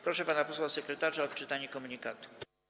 Proszę pana posła sekretarza o odczytanie komunikatów.